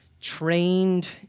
trained